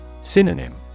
Synonym